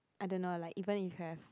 I don't know like even if you have